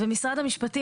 ומשרד המשפטים,